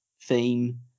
theme